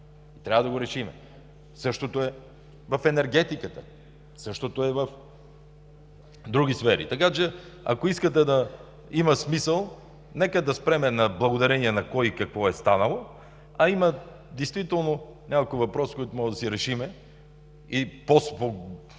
трябва да го решим. Същото е в енергетиката, същото е в други сфери. Ако искате да има смисъл, нека да спрем „благодарение на кой какво е станало”, а има действително няколко въпроса, които можем да си решим и по-спокойно